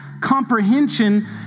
comprehension